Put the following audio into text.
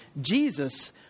Jesus